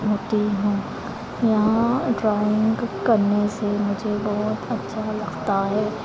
होती हूँ यहाँ ड्रॉइंग करने से मुझे बहुत अच्छा लगता है